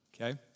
Okay